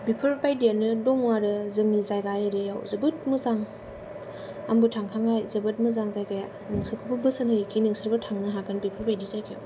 बेफोरबायदियानो दङ आरो जोंनि जायगा एरियायाव जोबोद मोजां आंबो थांखांबाय जोबोद मोजां जायगाया नोंसोरखौबो बोसोन होयो कि नोंसोरबो थांनो हागोन बेफोरबायदि जायगायाव